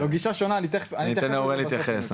אני אתן לאוראל להתייחס.